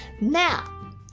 now